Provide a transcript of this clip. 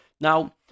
now